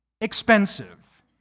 expensive